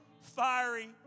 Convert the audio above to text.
fiery